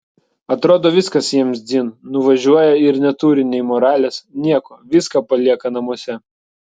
atrodo viskas jiems dzin nuvažiuoja ir neturi nei moralės nieko viską palieka namuose